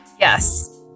Yes